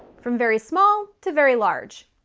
from very small to very large.